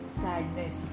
sadness